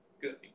Good